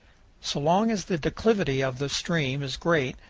so long as the declivity of the stream is great,